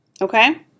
Okay